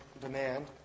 demand